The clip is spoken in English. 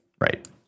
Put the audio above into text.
Right